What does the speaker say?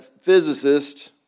physicist